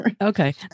Okay